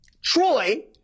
Troy